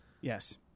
Yes